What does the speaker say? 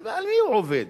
על מי הוא עובד?